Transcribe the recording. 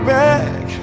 back